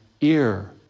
ear